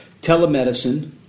telemedicine